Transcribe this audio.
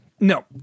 No